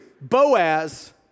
Boaz